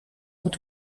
met